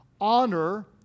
honor